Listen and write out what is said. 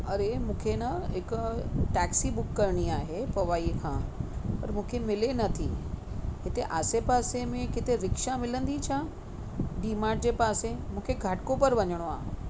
अड़े मूंखे न हिक टैक्सी बुक करिणी आहे पवईअ खां पर मूंखे मिले नथी हिते आसे पासे में किथे रिक्शा मिलंदी छा डी मार्ट जे पासे मूंखे घाटकोपर वञिणो आहे